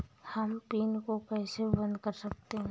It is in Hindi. हम पिन को कैसे बंद कर सकते हैं?